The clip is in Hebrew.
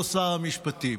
לא שר המשפטים.